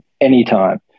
anytime